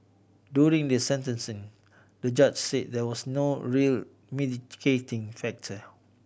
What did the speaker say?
during the sentencing the judge said there was no real mitigating factor